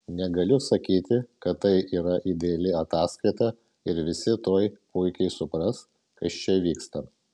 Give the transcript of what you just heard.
negaliu sakyti kad tai yra ideali ataskaita ir visi tuoj puikiai supras kas čia vyksta